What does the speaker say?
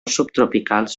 subtropicals